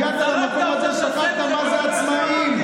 אתה הגעת למקום הזה, שכחת מה זה עצמאים.